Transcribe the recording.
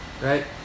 Right